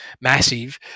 massive